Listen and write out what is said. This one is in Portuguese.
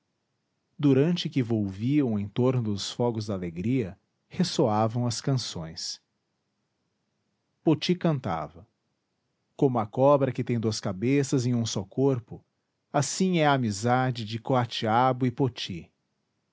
durante que volviam em torno dos fogos da alegria ressoavam as canções poti cantava como a cobra que tem duas cabeças em um só corpo assim é a amizade de coatiabo e poti